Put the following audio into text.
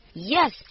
Yes